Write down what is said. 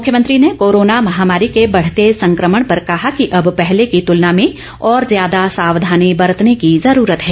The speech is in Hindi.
मुख्यमंत्री ने कोरोना महामारी के बढ़ते संकमण पर कहा कि अब पहले की तुलना में और ज्यादा सावधानी बरतने की ज्रूरत है